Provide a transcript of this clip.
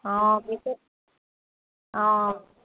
অঁ পিছত অঁ